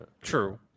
True